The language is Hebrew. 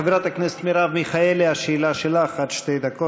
חברת הכנסת מרב מיכאלי, השאלה שלך, עד שתי דקות.